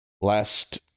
Last